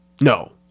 no